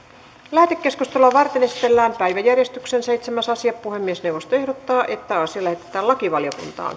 lähetekeskustelua varten esitellään päiväjärjestyksen seitsemäs asia puhemiesneuvosto ehdottaa että asia lähetetään lakivaliokuntaan